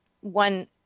one